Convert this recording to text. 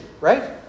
right